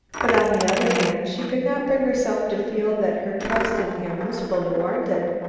but on the other hand, she could not bring herself to feel that her trust in him was fully warranted.